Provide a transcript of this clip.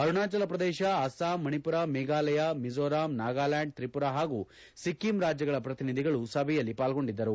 ಅರುಣಾಚಲ ಪ್ರದೇಶ ಅಸ್ವಾಂ ಮಣಿಪುರ ಮೇಘಾಲಯ ಮಿಜೋರಾಂ ನಾಗಾಲ್ಗಾಂಡ್ ತ್ರಿಪುರಾ ಹಾಗೂ ಸಿಕ್ಕಿಂ ರಾಜ್ಙಗಳ ಪ್ರತಿನಿಧಿಗಳು ಸಭೆಯಲ್ಲಿ ಪಾಲ್ಗೊಂಡಿದ್ದರು